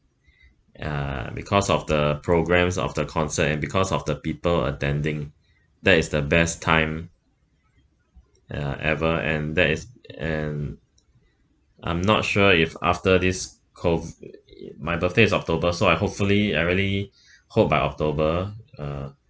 ya because of the programs of the concert and because of the people attending that is the best time ya ever and that is and I'm not sure if after this COVID my birthday's october so I hopefully I really hope by october uh